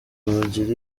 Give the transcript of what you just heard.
mugire